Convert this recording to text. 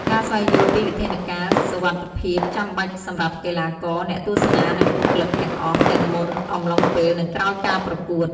ការស្វែងយល់ពីវិធានការណ៍សុវត្ថិភាពចាំបាច់សម្រាប់កីឡាករ អ្នកទស្សនា និងបុគ្គលិកទាំងអស់ ទាំងមុន អំឡុងពេល និងក្រោយការប្រកួត។